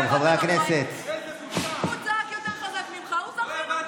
הוא צעק יותר חזק ממך, הוא זכה.